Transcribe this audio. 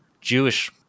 Jewish